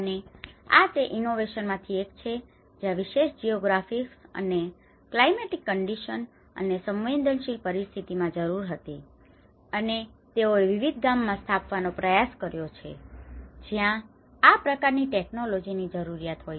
અને આ તે ઇનોવેશન માંથી એક છે જ્યાં વિશેષ જીઓગ્રાફિક અને ક્લાયમેટિક કન્ડિશન અને સંવેદનશીલ પરિસ્થિતિઓમાં જરૂર હતી અને તેઓએ વિવિધ ગામોમાં સ્થાપવાનો પ્રયાસ કર્યો છે જ્યાં આ પ્રકાર ની ટેક્નોલોજી ની જરૂરિયાત હોય